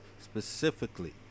specifically